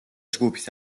ჯგუფის